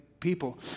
people